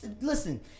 Listen